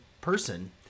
person